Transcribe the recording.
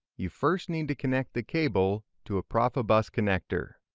you first need to connect the cable to a profibus connector.